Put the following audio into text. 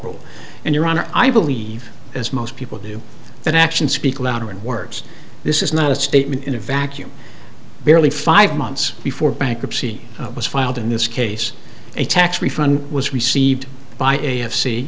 rule and your honor i believe as most people do that actions speak louder than words this is not a statement in a vacuum barely five months before bankruptcy was filed in this case a tax refund was received by a